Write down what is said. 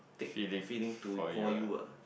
thick feeling to for you ah